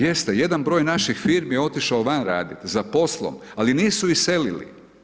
Jeste, jedan broj naših firmi je otišao van radit, za poslom, ali nisu iselili.